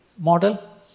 model